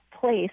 place